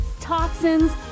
toxins